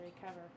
recover